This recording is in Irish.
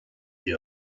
bhí